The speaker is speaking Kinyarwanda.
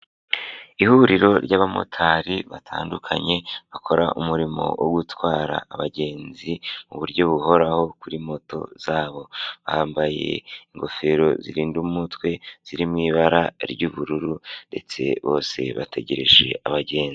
Ihuriro ry'abamotari batandukanye bakora umurimo wo gutwara abagenzi mu buryo buhoraho kuri moto zabo bambaye ingofero zirinda umutwe ziri mu ibara ry'ubururu ndetse bose bategereje abagenzi.